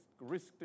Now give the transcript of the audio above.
risk